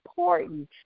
important